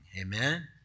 amen